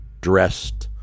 dressed